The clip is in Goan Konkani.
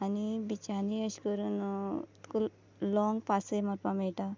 आनी बिचांनी अेश करून लौंग पासय मारपा मेळटा